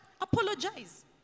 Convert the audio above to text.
Apologize